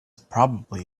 probably